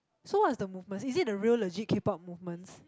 so what's the movements is it the real legit K-pop movements